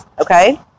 Okay